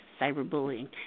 cyberbullying